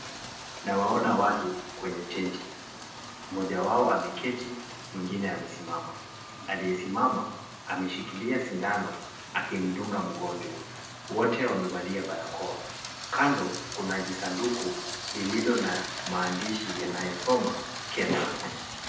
Naona watu kwenye tenti mmoja wao ameketi na mwingine amesimama. Aliyesimama ameshikilia sindano akimdunga mgonjwa wote wamevalia barakoa kando kuna jisanduku lililo na maandishi nayosoma kesak.